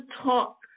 talk